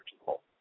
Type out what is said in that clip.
people